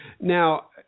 Now